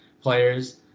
players